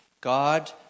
God